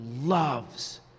loves